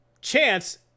Chance